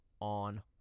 on